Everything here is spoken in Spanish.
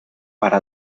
para